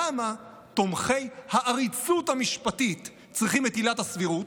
למה תומכי העריצות המשפטית צריכים את עילת הסבירות?